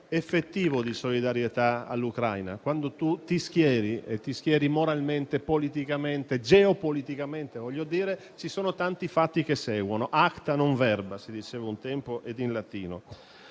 effettivo di solidarietà all'Ucraina: quando ci si schiera moralmente, politicamente e geopoliticamente, ci sono tanti fatti che seguono. *Acta non verba*, si diceva un tempo in latino.